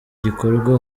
gikorwa